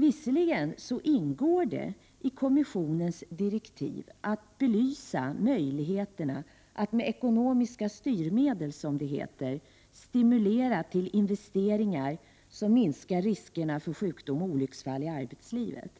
Visserligen ingår det i kommissionens direktiv att belysa möjligheterna att med ekonomiska styrmedel, som det heter, stimulera till investeringar som minskar riskerna för sjukdom och olycksfall i arbetslivet.